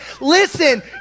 listen